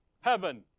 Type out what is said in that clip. heaven